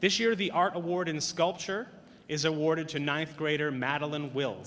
this year the art award in sculpture is awarded to ninth grader madeline will